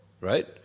right